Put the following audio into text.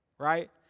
right